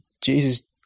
Jesus